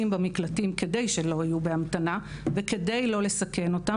במקלטים כדי שלא תהיינה בהמתנה וכדי לא לסכן אותן,